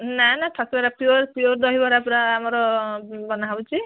ନା ନା ଠକିବାର ପିଓର୍ ପିଓର୍ ଦହିବରା ପୂରା ଆମର ବନା ହେଉଛି